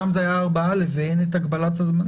שם זה היה 4א ואין את הגבלת הזמן.